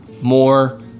more